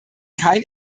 kein